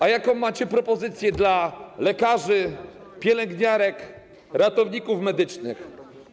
A jaką macie propozycję dla lekarzy, pielęgniarek, ratowników medycznych?